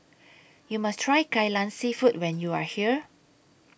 YOU must Try Kai Lan Seafood when YOU Are here